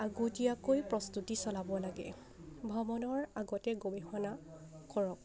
আগতীয়াকৈ প্ৰস্তুতি চলাব লাগে ভ্ৰমণৰ আগতে গৱেষণা কৰক